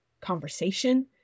conversation